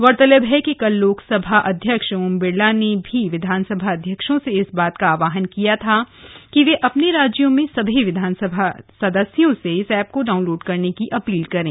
गौरतलब है कि कल लोकसभा अध्यक्ष ओम बिरला ने भी विधानसभा अध्यक्षों से इस बात का आ हवान किया गया था कि वे अपने राज्यों में सभी विधानसभा सदस्यों से इस ऐप को डाउनलोड करने की अपील करें